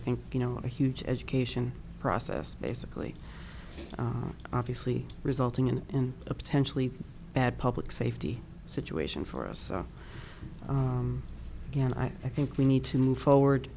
think you know a huge education process basically obviously resulting in a potentially bad public safety situation for us so again i think we need to move forward